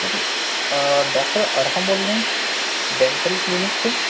سر doctor Arham بول رہے ہیں ڈینٹل کلینک سے